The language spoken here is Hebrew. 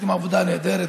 עשיתם עבודה נהדרת,